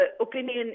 opinion